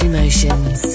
Emotions